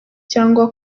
cyangwa